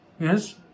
Yes